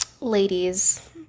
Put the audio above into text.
ladies